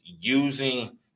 using